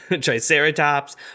triceratops